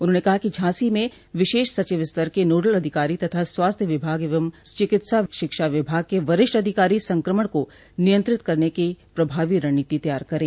उन्होंने कहा कि झांसी में विशेष सचिव स्तर के नोडल अधिकारी तथा स्वास्थ्य विभाग एवं चिकित्सा शिक्षा विभाग के वरिष्ठ अधिकारी संक्रमण को नियंत्रित करने की प्रभावी रणनीति तैयार करे